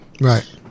Right